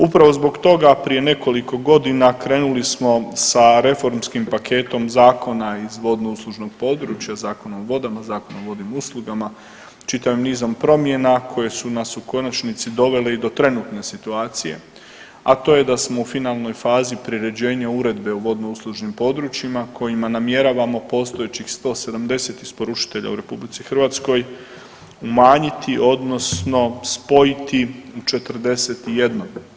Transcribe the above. Upravo zbog toga prije nekoliko godina krenuli smo sa reformskim paketom zakona iz vodnouslužnog područja Zakon o vodama, Zakon o vodnim uslugama, čitavim nizom promjena koje su nas u konačnici dovele i do trenutne situacije, a to je da smo u finalnoj fazi priređenja uredbe o vodnouslužnim područjima kojima namjeravamo postojećih 170 isporučitelja u RH umanjiti odnosno spojiti u 41.